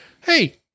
hey